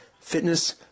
fitness